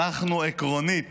אנחנו עקרונית